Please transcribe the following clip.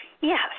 yes